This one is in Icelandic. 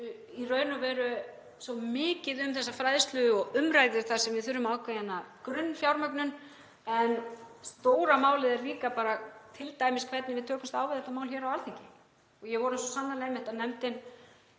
í raun og veru svo mikið um þessa fræðslu og umræðu þar sem við þurfum ákveðna grunnfjármögnun en stóra málið er líka bara t.d. hvernig við tökumst á við þetta mál hér á Alþingi. Ég vona svo sannarlega að nefndin